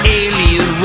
alien